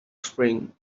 spring